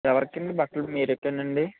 ఎవరికండి బట్టలు మీరైతే నండీ